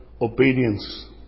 obedience